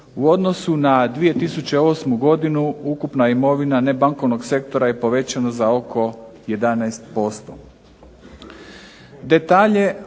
U odnosu na 2008. godinu, ukupna imovina nebankovnog sektora je povećana za oko 11%.